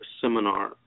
seminar